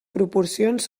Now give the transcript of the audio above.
proporcions